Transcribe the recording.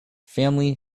family